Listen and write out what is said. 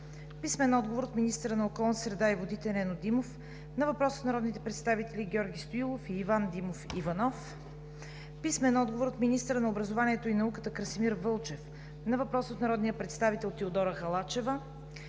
Кирилов; - министъра на околната среда и водите Нено Димов на въпрос от народните представители Георги Стоилов и Иван Димов Иванов; - министъра на образованието и науката Красимир Вълчев на въпрос от народния представител Теодора Халачева;